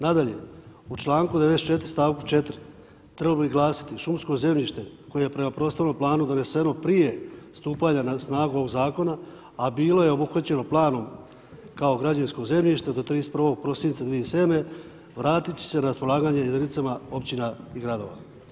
Nadalje, u čl. 94., st. 4. trebalo bi glasiti, šumsko zemljište koje je prema prostornom planu doneseno prije stupanja na snagu ovog Zakona, a bilo je obuhvaćeno planom kao građevinsko zemljišta do 31.12.2007., vratiti se na raspolaganje jedinicama općina i gradova.